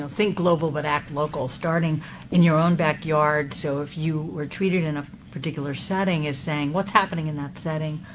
think global but act local, starting in your own backyard, so if you were treated in a particular setting, is saying, what's happening in that setting?